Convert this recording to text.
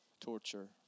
torture